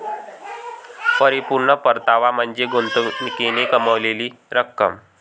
परिपूर्ण परतावा म्हणजे गुंतवणुकीने कमावलेली रक्कम